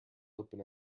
open